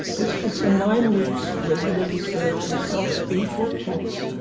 which was for nine weeks regularly served with salt beef or pork,